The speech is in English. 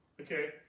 Okay